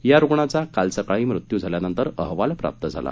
या रुग्णाचा काल सकाळी मृत्यू झाल्यानंतर अहवाल प्राप्त झाला